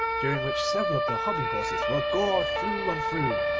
during which several of the hobby-horses were gored through and through,